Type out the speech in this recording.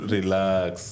Relax